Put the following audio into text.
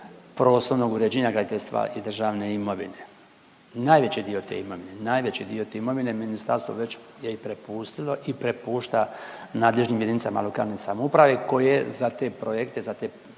uređenja, graditeljstva i državne imovine. Najveći dio te imovine, najveći dio te imovine ministarstvo već je i prepustilo i prepušta nadležnim jedinicama lokalne samouprave koje za te projekte, za te